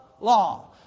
law